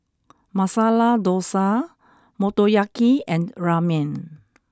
Masala Dosa Motoyaki and Ramen